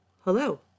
Hello